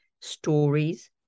stories